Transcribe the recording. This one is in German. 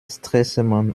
stresemann